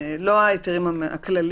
לא מדובר פה על ההיתרים הכלליים,